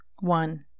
One